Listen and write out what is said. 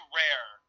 rare